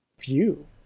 view